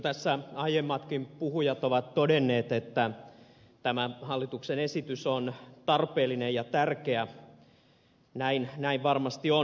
tässä aiemmatkin puhujat ovat todenneet että tämä hallituksen esitys on tarpeellinen ja tärkeä ja näin varmasti on